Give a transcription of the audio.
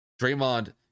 Draymond